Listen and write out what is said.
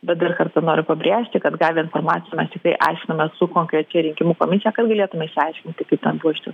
bet dar kartą noriu pabrėžti kad gavę informaciją mes tikrai aiškinamės su kokrečia rinkimų komisija kad galėtume išsiaiškinti kaip ten buvo iš tie